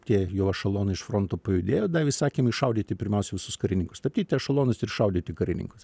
tie jau ešalonai iš fronto pajudėjo davė įsakymą iššaudyti pirmiausia visus karininkus tai taip tie ešelonai ir šaudė tik karininkus